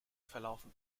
verlaufen